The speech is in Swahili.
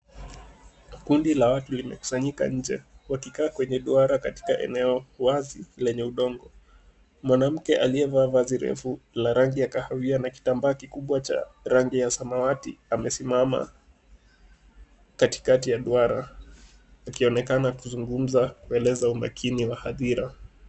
Kundi la watu limekusanyika nje, wakikaa kwenye duara katika eneo wazi lenye udongo. Mwanamke aliyevaa vazi refu la rangi ya kahawia, na kitambaa kikubwa cha rangi ya samawati amesimama katikati ya duara, akionekana kuzungumza kueleza umakini wa hadhira.